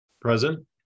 Present